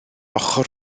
ochr